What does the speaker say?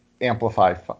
Amplify